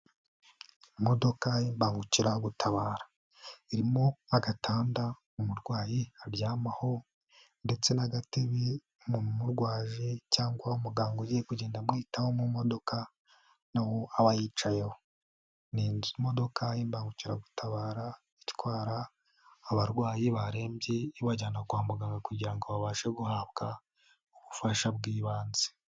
Imodoka y'imbangukiragutabara irimo agatanda umurwayi aryamaho ndetse n'agatebe umurwaje cyangwa umuganga ugiye kugenda amwitaho mu modoka aba yicayeho. Ni imodoka y'imbangukiragutabara itwara abarwayi barembye ibajyana kwa muganga kugirango ngo babashe guhabwa ubufasha bw'ibanze.